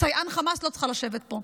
"סייען חמאס", לא צריכה לשבת פה.